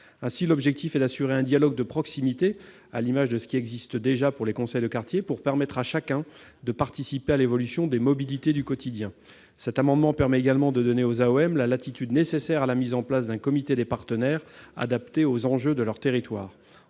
Ainsi, l'objectif est d'assurer un dialogue de proximité, à l'image de ce qui existe déjà pour les conseils de quartier, pour permettre à chacun de participer à l'évolution des mobilités du quotidien. L'adoption de cet amendement permettrait également de donner aux AOM la latitude nécessaire à la mise en place d'un comité des partenaires adapté aux enjeux de leur territoire.